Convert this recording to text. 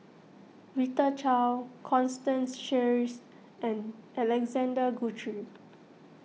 Rita Chao Constance Sheares and Alexander Guthrie